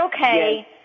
okay